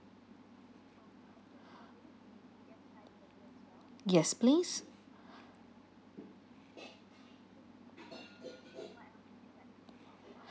yes please